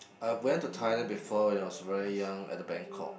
I went to Thailand before when I was very young at the bangkok